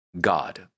God